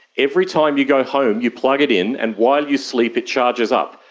every time you go home you plug it in and while you sleep it charges up.